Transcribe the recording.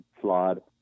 flawed